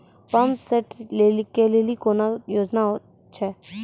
Pump set केलेली कोनो योजना छ?